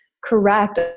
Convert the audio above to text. correct